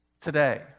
today